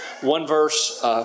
one-verse